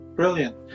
Brilliant